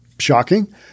shocking